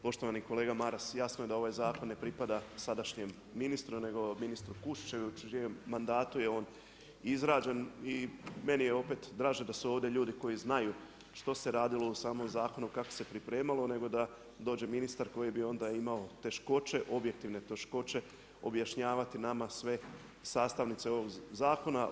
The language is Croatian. Poštovani kolega Maras, jasno je da ovaj zakon ne pripada sadašnjem ministru nego ministru Kuščeviću u čijem mandatu je on izrađen i meni je opet draže da su ovdje ljudi koji znaju što se radilo u samom zakonu, kako se pripremalo, nego da dođe ministar koji bi onda imao teškoće, objektivne teškoće objašnjavati nama sve sastavnice ovoga zakon.